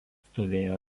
stovėjo